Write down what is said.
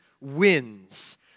wins